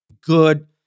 good